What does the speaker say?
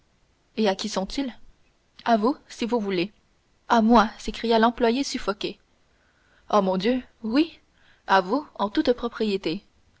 et à qui sont-ils à vous si vous voulez à moi s'écria l'employé suffoqué oh mon dieu oui à vous en toute propriété